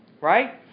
Right